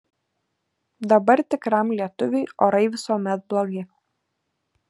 dabar tikram lietuviui orai visuomet blogi